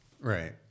right